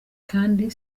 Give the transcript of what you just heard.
kandi